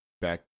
back